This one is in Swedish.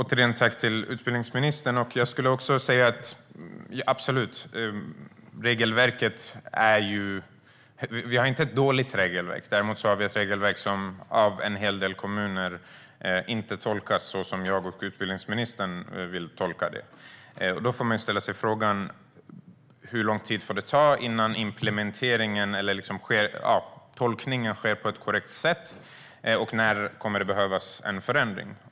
Herr talman! Jag säger återigen tack till utbildningsministern. Vi har inte ett dåligt regelverk. Däremot har vi ett regelverk som av en hel del kommuner inte tolkas så som jag och utbildningsministern vill tolka det. Då får man ställa sig frågan: Hur lång tid får det ta innan tolkningen sker på ett korrekt sätt, och när kommer det att behövas en förändring?